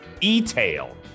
e-tail